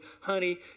honey